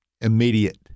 immediate